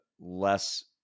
less